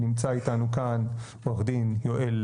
נמצא איתנו כאן עורך דין יואל